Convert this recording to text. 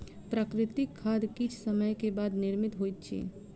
प्राकृतिक खाद किछ समय के बाद निर्मित होइत अछि